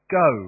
go